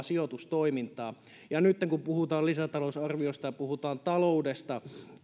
sijoitustoimintaa nytten kun puhutaan lisätalousarviosta ja puhutaan taloudesta